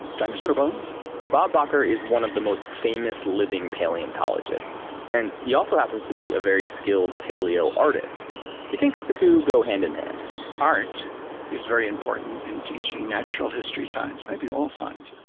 dinosaur bones bob bakker is one of the most famous living paleontologists, and he also happens to be a very skilled paleoartist. he thinks the two go hand in hand art is very important in teaching natural history science maybe all science.